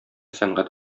сәнгать